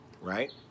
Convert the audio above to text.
Right